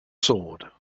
sword